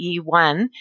E1